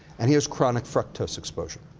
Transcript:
and here's chronic fructose exposure.